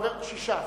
שישה בעד,